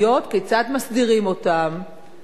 כיצד מסדירים אותן,